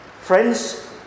Friends